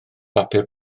bapur